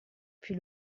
più